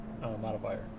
modifier